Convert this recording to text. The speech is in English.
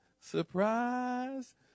surprise